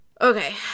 Okay